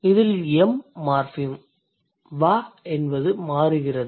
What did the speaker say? இதில் m morpheme wa என்று மாறுகிறது